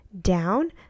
down